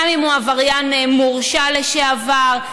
גם אם הוא עבריין מורשע לשעבר,